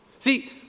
See